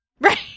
right